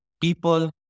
people